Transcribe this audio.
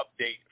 update